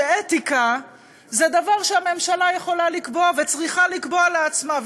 שאתיקה זה דבר שהממשלה יכולה לקבוע וצריכה לקבוע לעצמה,